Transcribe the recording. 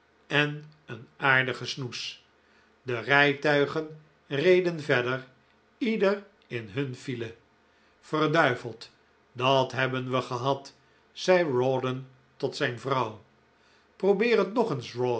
en een aardigen snoes de rijtuigen reden verder ieder in hun file verduiveld dat hebben we gehad zeide rawdon tot zijn vrouw probeer het nog eens